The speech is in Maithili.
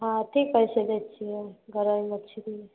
आओर अथी कइसे दै छिए गरै मछरी